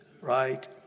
right